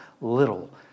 little